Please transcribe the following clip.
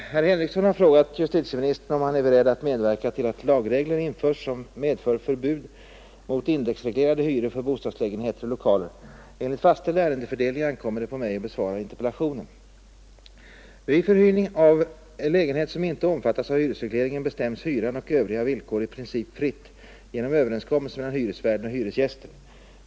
Herr talman! Herr Henrikson har frågat justitieministern om han är beredd att medverka till att lagregler införs som medför förbud mot indexreglerade hyror för bostadslägenheter och lokaler. Enligt fastställd ärendefördelning ankommer det på mig att besvara interpellationen. Vid förhyrning av lägenhet som inte omfattas av hyresregleringen bestäms hyran och övriga villkor i princip fritt genom överenskommelse mellan hyresvärden och hyresgästen.